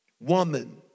Woman